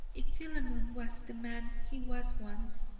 if philemon was the man he was once,